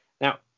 Now